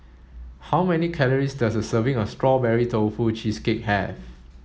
how many calories does a serving of strawberry tofu cheesecake have